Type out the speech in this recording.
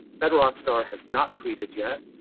fed rock star has not tweeted yet.